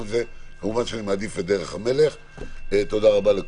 את זה כמובן שאני מעדיף את דרך המלך.